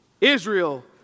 Israel